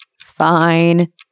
Fine